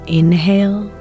inhale